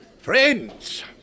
Friends